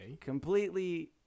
Completely